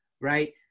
right